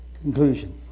conclusion